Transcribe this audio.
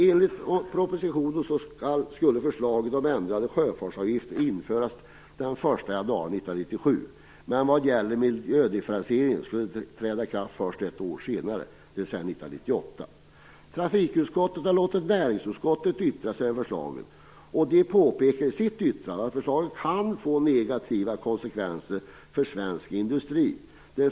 Enligt propositionen skulle förslaget om ändrade sjöfartsavgifter införas den 1 januari 1997, men miljödifferentieringen skulle träda i kraft först ett år senare, dvs. Trafikutskottet har låtit näringsutskottet yttrat sig om förslaget. Utskottet påpekar i sitt yttrandet att förslaget kan få negativa konsekvenser för svensk industri.